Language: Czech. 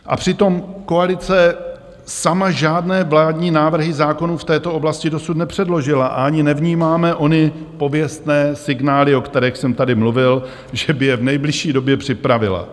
A přitom koalice sama žádné vládní návrhy zákonů v této oblasti dosud nepředložila a ani nevnímáme ony pověstné signály, o kterých jsem tady mluvil, že by je v nejbližší době připravila.